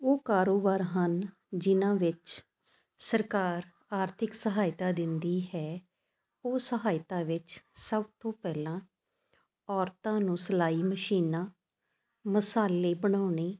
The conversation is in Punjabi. ਉਹ ਕਾਰੋਬਾਰ ਹਨ ਜਿਹਨਾਂ ਵਿੱਚ ਸਰਕਾਰ ਆਰਥਿਕ ਸਹਾਇਤਾ ਦਿੰਦੀ ਹੈ ਉਹ ਸਹਾਇਤਾ ਵਿੱਚ ਸਭ ਤੋਂ ਪਹਿਲਾਂ ਔਰਤਾਂ ਨੂੰ ਸਿਲਾਈ ਮਸ਼ੀਨਾਂ ਮਸਾਲੇ ਬਣਾਉਣੇ